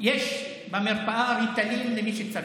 יש במרפאה ריטלין, למי שצריך.